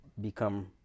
become